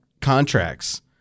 contracts